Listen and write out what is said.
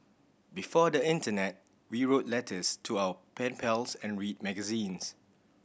before the internet we wrote letters to our pen pals and read magazines